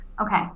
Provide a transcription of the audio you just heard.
Okay